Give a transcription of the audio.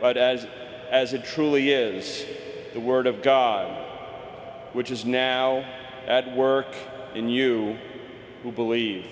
but as as it truly is the word of god which is now at work in you who believe